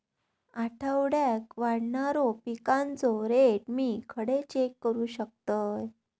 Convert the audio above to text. आठवड्याक वाढणारो पिकांचो रेट मी खडे चेक करू शकतय?